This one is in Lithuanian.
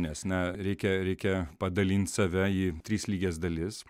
nes na reikia reikia padalint save į tris lygias dalis